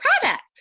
products